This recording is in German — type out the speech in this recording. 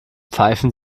pfeifen